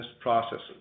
processes